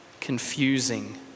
confusing